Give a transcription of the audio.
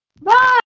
Bye